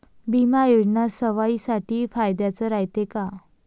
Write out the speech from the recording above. बिमा योजना सर्वाईसाठी फायद्याचं रायते का?